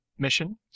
Mission